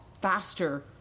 faster